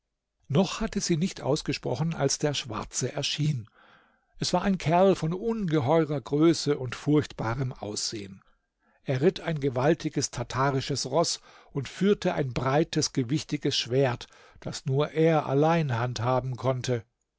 noch hatte sie nicht ausgesprochen als der schwarze erschien es war ein kerl von ungeheurer größe und furchtbarem aussehen er ritt ein gewaltiges tartarisches roß und führte ein breites gewichtiges schwert das nur er allein handhaben konnte